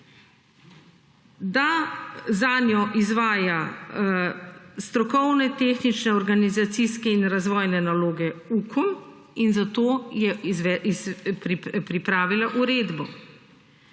da zanjo izvaja strokovne, tehnične, organizacijske in razvojne naloge Ukom. In za to je pripravila uredbo.